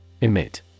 Emit